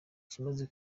ikimaze